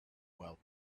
while